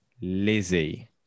Lizzie